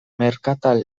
merkatal